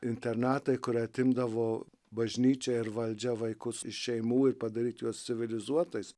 internatai kuri atimdavo bažnyčią ir valdžią vaikus iš šeimų ir padaryti juos civilizuotais